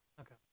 Okay